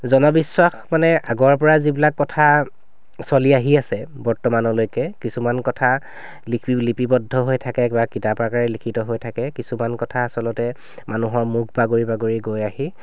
জনবিশ্বাস মানে আগৰ পৰা যিবিলাক কথা চলি আহি আছে বৰ্তমানলৈকে কিছুমান কথা লিপি লিপিবদ্ধ হৈ থাকে বা কিতাপ আকাৰে লিখিত হৈ থাকে কিছুমান কথা আচলতে মানুহৰ মুখ বাগৰি বাগৰি গৈ আহি